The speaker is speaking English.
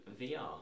VR